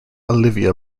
olivia